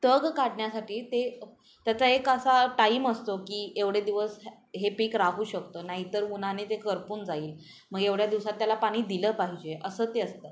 तग काढण्यासाठी ते त्याचा एक असा टाईम असतो की एवढे दिवस हे पीक राहू शकतो नाहीतर उन्हाने ते करपून जाईल मग एवढ्या दिवसात त्याला पाणी दिलं पाहिजे असं ते असतं